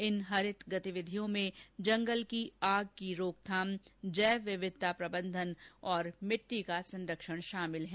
इन हरित गतिविधियों में जंगल की आग की रोकथाम जैव विविधता प्रबंधन और मिटटी संरक्षण शामिल हैं